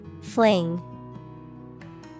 Fling